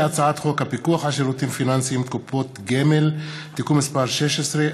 והצעת חוק הפיקוח על שירותים פיננסיים (קופות גמל) (תיקון מס' 16),